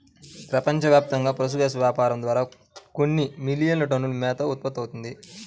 ప్రపంచవ్యాప్తంగా పశుగ్రాసం వ్యాపారం ద్వారా కొన్ని మిలియన్ టన్నుల మేత ఉత్పత్తవుతుంది